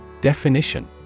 Definition